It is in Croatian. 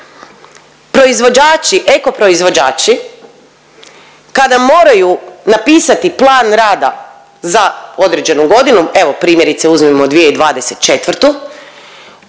proizvođači, eko proizvođači kada moraju napisati plan rada za određenu godinu evo primjerice uzmimo 2024.